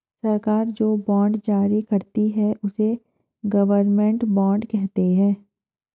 सरकार जो बॉन्ड जारी करती है, उसे गवर्नमेंट बॉन्ड कहते हैं